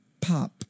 pop